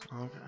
Okay